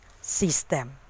system